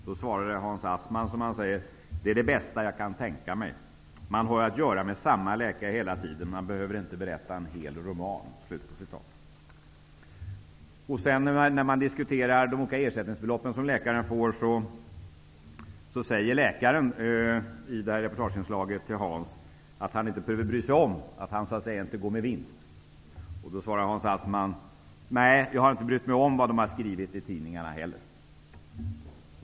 Då svarade mannen: Det är det bästa jag kan tänka mig. Man har att göra med samma läkare hela tiden, och man behöver inte berätta en hel roman. I reportaget diskuterades sedan de olika ersättningsbelopp som läkarna får, och läkaren sade då till den gamle mannen att denne inte behövde bry sig om att han så att säga inte går med vinst. Mannen svarade då: Nej, jag har inte brytt mig om vad de har skrivit i tidningarna heller.